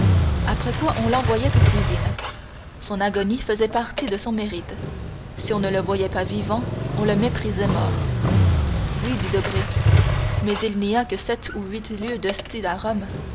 après quoi on l'envoyait aux cuisines son agonie faisait partie de son mérite si on ne le voyait pas vivant on le méprisait mort oui dit debray mais il n'y a que sept ou huit lieues d'ostie à rome